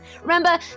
remember